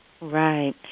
Right